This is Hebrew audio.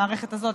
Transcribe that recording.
המערכת הזאת,